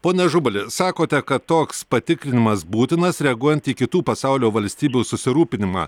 pone ažubali sakote kad toks patikrinimas būtinas reaguojant į kitų pasaulio valstybių susirūpinimą